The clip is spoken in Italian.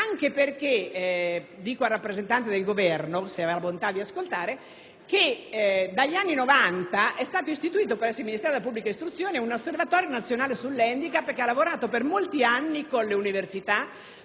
anche perché - mi rivolgo al rappresentante del Governo sperando abbia la bontà di ascoltare - dagli anni Novanta è stato istituito presso il Ministero dell'istruzione un Osservatorio nazionale sull'handicap che ha lavorato per molti anni con le università